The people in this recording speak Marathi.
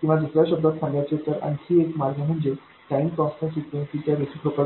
किंवा दुसर्या शब्दांत सांगायचे तर आणखी एक मार्ग म्हणजे टाईम कॉन्स्टंट फ्रिक्वेन्सी च्या रिसिप्रोकल